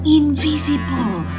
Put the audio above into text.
invisible